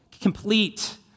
complete